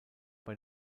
bei